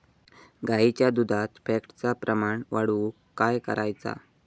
गाईच्या दुधात फॅटचा प्रमाण वाढवुक काय करायचा?